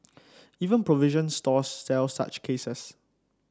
even provision stores sell such cases